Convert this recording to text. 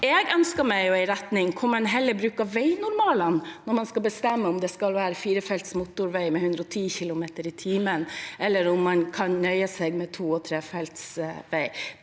Jeg ønsker meg en retning hvor man heller bruker veinormalene når man skal bestemme om det skal være firefelts motorvei med 110 km/t, eller om man kan nøye seg med to- og trefelts vei.